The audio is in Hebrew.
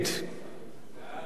סעיפים 1 6